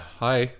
hi